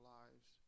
lives